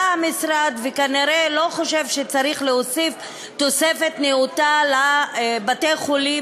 בא המשרד וכנראה לא חושב שצריך להוסיף תוספת נאותה לבתי-החולים